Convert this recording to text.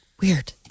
Weird